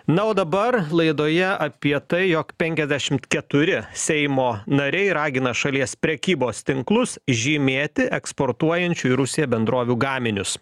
na o dabar laidoje apie tai jog penkiasdešimt keturi seimo nariai ragina šalies prekybos tinklus žymėti eksportuojančių į rusiją bendrovių gaminius